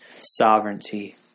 sovereignty